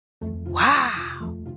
Wow